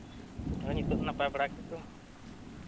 ᱦᱳᱭ ᱱᱤᱛᱚᱜ ᱱᱟᱯᱟᱭ ᱵᱟᱲᱟ ᱜᱮᱛᱚ